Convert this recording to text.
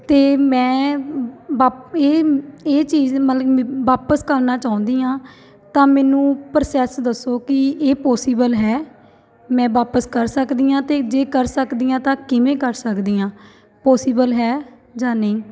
ਅਤੇ ਮੈਂ ਵਾਪ ਇਹ ਇਹ ਚੀਜ਼ ਮਤਲਬ ਵਾਪਸ ਕਰਨਾ ਚਾਹੁੰਦੀ ਹਾਂ ਤਾਂ ਮੈਨੂੰ ਪ੍ਰਸੈਸ ਦੱਸੋ ਕਿ ਇਹ ਪੋਸੀਬਲ ਹੈ ਮੈਂ ਵਾਪਸ ਕਰ ਸਕਦੀ ਹਾਂ ਅਤੇ ਜੇ ਕਰ ਸਕਦੀ ਹਾਂ ਤਾਂ ਕਿਵੇਂ ਕਰ ਸਕਦੀ ਹਾਂ ਪੋਸੀਬਲ ਹੈ ਜਾਂ ਨਹੀਂ